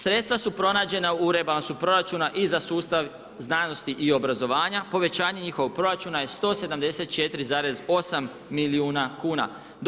Sredstva su pronađena u rebalansu proračuna i za sustav znanosti obrazovanja, povećanje njihovog proračuna je 174,8 milijuna kuna.